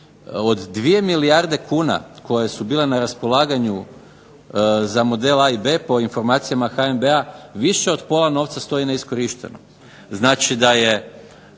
od 2 milijarde kuna koje su bile na raspolaganju za model A i B po informacijama HNB-a više od pola novca stoji neiskorišteno.